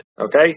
Okay